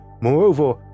Moreover